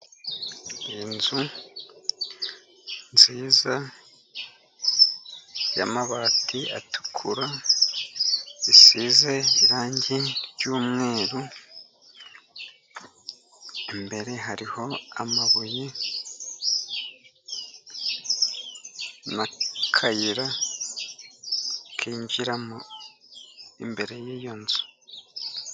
Inzu nziza y'amabati atukura zisize irangi ry'umweru, imbere hariho amabuye n'akayira kinjiramo imbere y'iyo nzu.